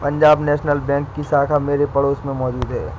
Punjab National Bank की शाखा मेरे पड़ोस में मौजूद है